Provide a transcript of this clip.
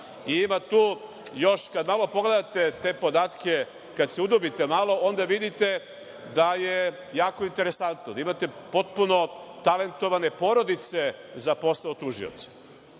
itd, itd. Kada malo pogledate te podatke, kada se udubite malo, onda vidite da je jako interesantno. Imate potpuno talentovane porodice za poslove tužioca,